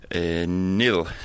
Nil